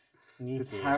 Sneaky